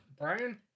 Brian